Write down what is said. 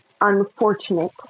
unfortunate